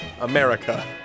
America